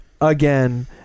again